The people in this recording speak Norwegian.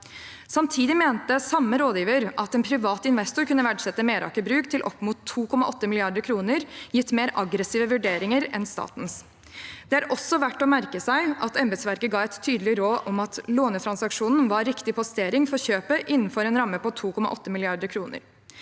Samtidig mente samme rådgiver at en privat investor kunne verdsette Meraker Brug til opp mot 2,8 mrd. kr, gitt mer aggressive vurderinger enn statens. Det er også verdt å merke seg at embetsverket ga et tydelig råd om at en lånetransaksjon var riktig postering for kjøpet innenfor en ramme på 2,8 mrd. kr.